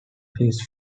his